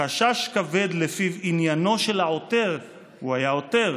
"חשש כבד לפיו עניינו של העותר" הוא היה העותר,